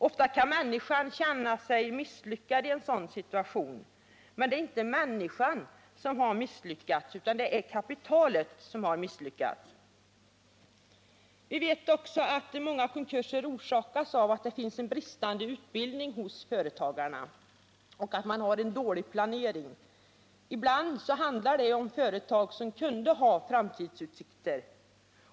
Ofta kan människan känna sig misslyckad i en sådan situation, men det är inte människan som har misslyckats utan kapitalet. Vi vet också att många konkurser orsakas av bristande utbildning hos företagsledaren eller av dålig planering. Ibland handlar det om företag som kunde ha framtidsutsikter.